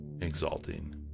exalting